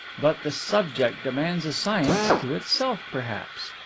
but the subject demands a science to itself perhaps!